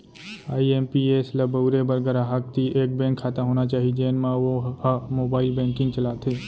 IMPS ल बउरे बर गराहक तीर एक बेंक खाता होना चाही जेन म वो ह मोबाइल बेंकिंग चलाथे